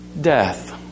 death